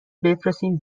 بفرستین